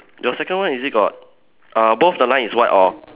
your second one is it got uh both the line is white or